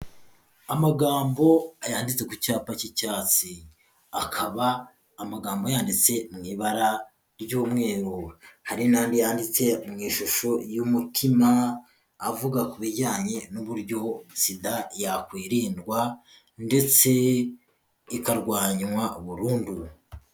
Amagambo yanditse ku cyapa cy'icyatsi, akaba amagambo yanditse mu ibara ry'umweru, hari n'andi yanditse mu ishusho y'umutima, avuga ku bijyanye n'uburyo sida yakwirindwa, ndetse ikarwanywa burundu.